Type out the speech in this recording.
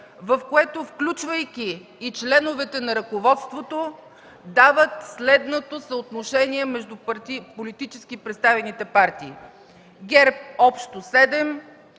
в което, включвайки и членовете на ръководството, дават следното съотношение между политически представените партии: ГЕРБ – общо 7;